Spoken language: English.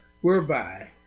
whereby